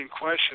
question